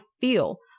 feel